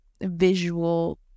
visual